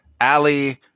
ali